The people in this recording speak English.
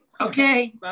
okay